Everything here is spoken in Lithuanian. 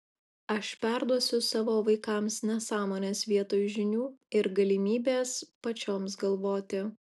aš perduosiu savo vaikams nesąmones vietoj žinių ir galimybės pačioms galvoti